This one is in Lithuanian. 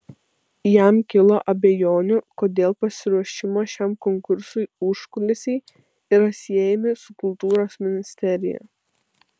jam kilo abejonių kodėl pasiruošimo šiam konkursui užkulisiai yra siejami su kultūros ministerija